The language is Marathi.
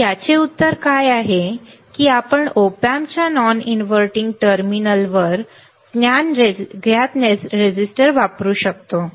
तर याचे उत्तर काय आहे की आपण op amp च्या नॉन इनव्हर्टिंग टर्मिनलवर ज्ञात रेझिस्टर वापरू शकतो